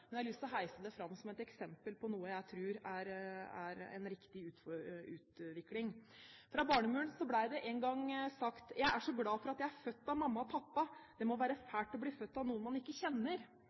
men jeg har lyst til å heise det fram som et eksempel på noe jeg tror er en riktig utvikling. Fra barnemunn ble det en gang sagt: Jeg er så glad for at jeg er født av mamma og pappa, det må være fælt å bli født av noen man ikke kjenner.